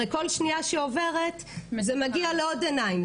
הרי כל שנייה שעוברת זה מגיע לעוד עיניים,